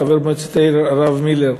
חבר מועצת העיר הרב מילר,